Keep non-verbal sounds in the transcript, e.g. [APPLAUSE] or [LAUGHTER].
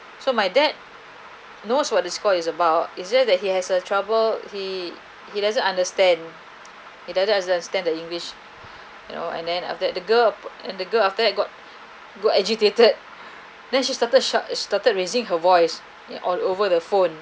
so my dad knows what's this call is about is just he has a trouble he he doesn't understand he doesn't [NOISE] understand the english you know and then after that the girl and the girl after that got got agitated then she start shout she started raising her voice in all over the phone